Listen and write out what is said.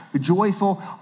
joyful